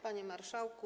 Panie Marszałku!